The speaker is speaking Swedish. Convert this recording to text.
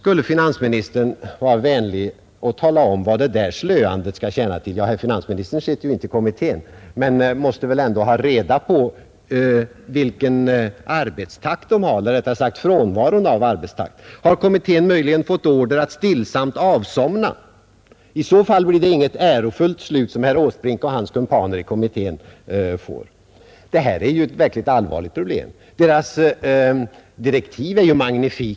Vill finansministern vara vänlig och tala om vad detta slöande skall tjäna till. Herr finansministern sitter ju inte i kommittén men måste väl ändå känna till dess arbetstakt. Har kommittén möjligen fått order om att stillsamt avsomna? I så fall får herr Åsbrink och hans kumpaner i kommittén inte något ärofullt slut. Utredningen gäller ett verkligt allvarligt problem. Kommitténs direktiv är magnifika.